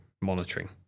monitoring